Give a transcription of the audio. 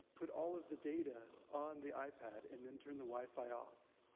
put all of the data on the ipad, and then turn the wi-fi off.